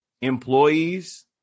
employees